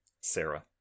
Sarah